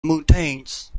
mountains